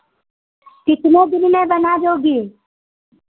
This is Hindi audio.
कितने दिन में बना दोगी